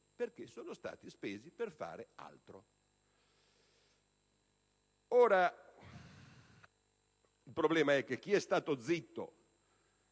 perché sono stati spesi per fare altro. Il problema è che chi è stato zitto